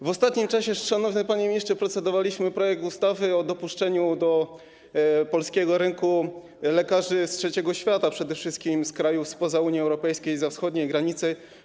W ostatnim czasie, szanowny panie ministrze, procedowaliśmy nad projektem ustawy o dopuszczeniu do polskiego rynku lekarzy z trzeciego świata, przede wszystkim z krajów spoza Unii Europejskiej i zza wschodniej granicy.